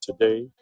today